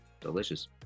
delicious